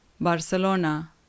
Barcelona